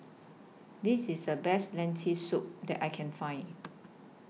This IS The Best Lentil Soup that I Can Find